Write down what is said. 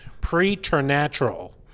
preternatural